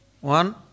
one